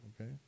Okay